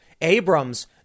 Abrams